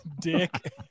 Dick